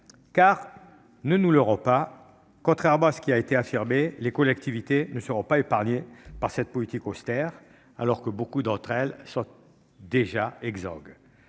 Ne nous leurrons pas, contrairement à ce qui a été affirmé, les collectivités ne seront pas épargnées par cette politique austère, alors que beaucoup d'entre elles sont déjà exsangues.